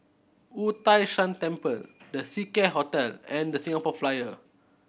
Wu Tai Shan Temple The Seacare Hotel and The Singapore Flyer